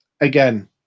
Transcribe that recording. again